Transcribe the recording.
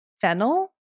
Fennel